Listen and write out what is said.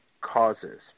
causes